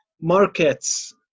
markets